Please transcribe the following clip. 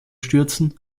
stürzen